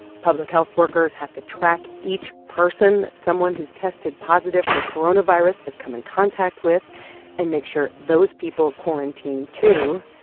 public health workers have to track each person that someone who's tested positive for coronavirus has come in contact with and make sure those people quarantine, too.